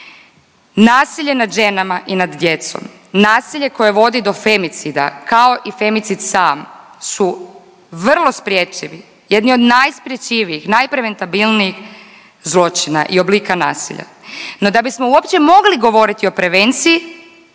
Nasilje nad ženama i nad djecom, nasilje koje vodi do femicida kao i femicid sam su vrlo spriječivi, jedni od najsprečivijih, najpreventabilnijih zločina i oblika nasilja. No, da bismo uopće mogli govoriti o prevenciji